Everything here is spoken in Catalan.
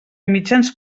mitjans